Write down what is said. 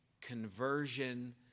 conversion